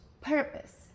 purpose